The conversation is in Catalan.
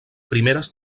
primeres